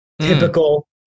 Typical